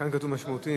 כאן כתוב משמעותיים.